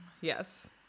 yes